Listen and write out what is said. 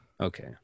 Okay